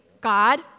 God